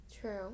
True